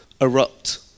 erupt